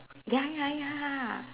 ya ya ya